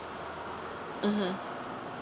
mmhmm